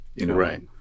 Right